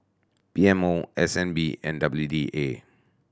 P M O S N B and W D A